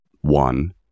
One